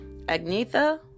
Agnetha